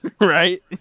right